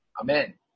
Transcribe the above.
Amen